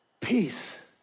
peace